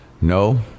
No